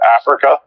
Africa